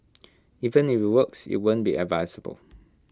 even if IT works IT won't be advisable